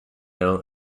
ill